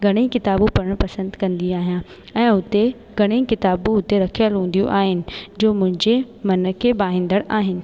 घणेई किताबू पढ़ण पसंदि कंदी आहियां ऐं हुते घणेई किताबू उते रखियल हूंदियूं आहिनि जो मुंहिंजे मन खे भाईंदड़ आहिनि